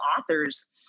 authors